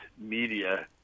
media